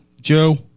Joe